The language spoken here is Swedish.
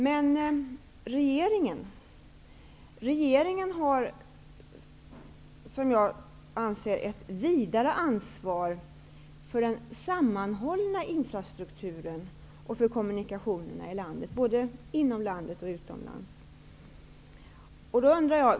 Men regeringen har ett vidare ansvar för den sammanhållna infrastrukturen och kommunikationerna både inom landet och utomlands.